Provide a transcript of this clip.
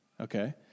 okay